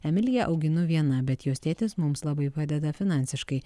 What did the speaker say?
emiliją auginu viena bet jos tėtis mums labai padeda finansiškai